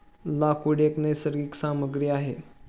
लाकूड एक नैसर्गिक सामग्री आहे